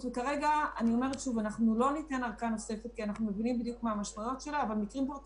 שוב הלכנו קדימה גם עם המועד שעד אליו נפתח